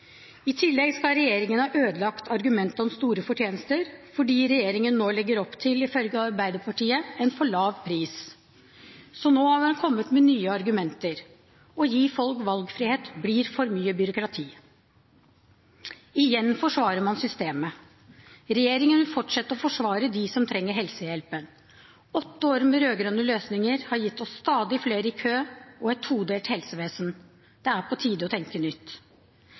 I tillegg skal regjeringen ha ødelagt argumentet om store fortjenester fordi regjeringen nå legger opp til, ifølge Arbeiderpartiet, en for lav pris, så nå har man kommet med nye argumenter: Å gi folk valgfrihet blir for mye byråkrati. Igjen forsvarer man systemet. Regjeringen vil fortsette å forsvare dem som trenger helsehjelpen. Åtte år med rød-grønne løsninger har gitt oss stadig flere i kø og et todelt helsevesen. Det er på tide å tenke nytt.